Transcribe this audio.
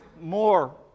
more